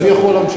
בבקשה, אדוני.